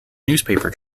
newspaper